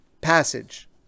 passage